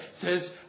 says